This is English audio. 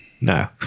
no